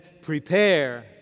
Prepare